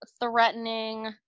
threatening